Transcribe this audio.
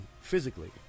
physically